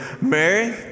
Mary